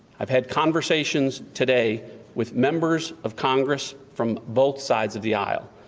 ive had conversations today with members of congress from both sides of the aisle.